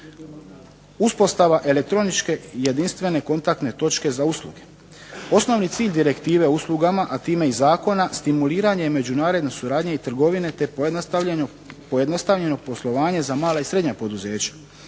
Uspostava elektroničke jedinstvene kontaktne točke za usluge. Osnovni cilj Direktive o uslugama, a time i zakona stimuliranje međunarodne suradnje i trgovine te pojednostavljenog poslovanja za mala i srednja poduzeća,